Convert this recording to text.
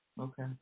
okay